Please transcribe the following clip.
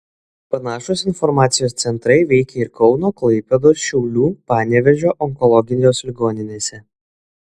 panašūs informacijos centrai veikė ir kauno klaipėdos šiaulių panevėžio onkologijos ligoninėse